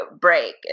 break